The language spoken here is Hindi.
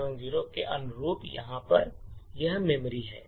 FFFFCF70 के अनुरूप यहाँ पर यह मेमोरी है